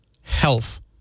health